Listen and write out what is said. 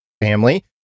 family